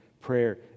prayer